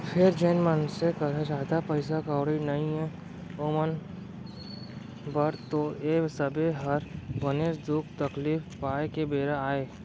फेर जेन मनसे करा जादा पइसा कउड़ी नइये ओमन बर तो ए समे हर बनेच दुख तकलीफ पाए के बेरा अय